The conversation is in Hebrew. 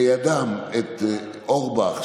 לידם את אורבך,